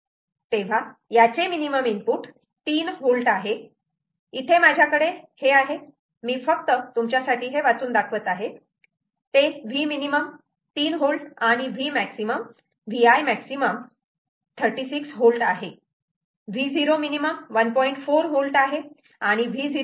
तेव्हा याचे minimum input 3V आहे इथे माझ्याकडे हे आहे मी फक्त तुमच्यासाठी वाचून दाखवत आहे ते Vimin 3V आणि Vimax 36V आहे Vomin 1